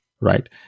right